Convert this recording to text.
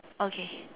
okay